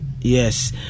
Yes